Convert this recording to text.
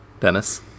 Dennis